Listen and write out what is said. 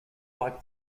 like